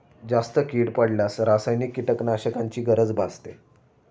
जास्त कीड पडल्यास रासायनिक कीटकनाशकांची गरज भासते